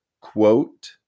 quote